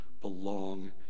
belong